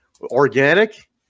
organic